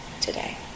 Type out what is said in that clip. today